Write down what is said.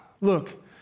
Look